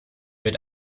wird